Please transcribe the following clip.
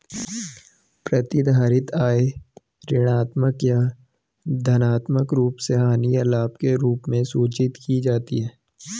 प्रतिधारित आय ऋणात्मक या धनात्मक रूप से हानि या लाभ के रूप में सूचित की जाती है